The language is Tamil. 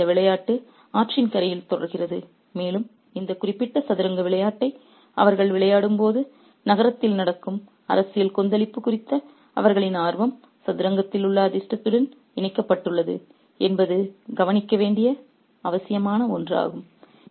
எனவே இந்த விளையாட்டு ஆற்றின் கரையில் தொடர்கிறது மேலும் இந்த குறிப்பிட்ட சதுரங்க விளையாட்டை அவர்கள் விளையாடும்போது நகரத்தில் நடக்கும் அரசியல் கொந்தளிப்பு குறித்த அவர்களின் ஆர்வம் சதுரங்கத்தில் உள்ள அதிர்ஷ்டத்துடன் இணைக்கப்பட்டுள்ளது என்பதை கவனிக்க வேண்டியது அவசியம்